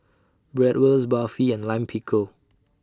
Bratwurst Barfi and Lime Pickle